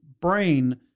brain